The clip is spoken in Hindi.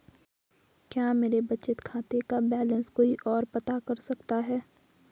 क्या मेरे बचत खाते का बैलेंस कोई ओर पता कर सकता है?